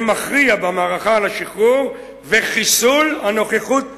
מכריע במערכה על השחרור וחיסול הנוכחות הציונית.